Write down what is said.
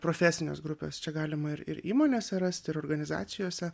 profesinės grupės čia galima ir įmonėse rasti ir organizacijose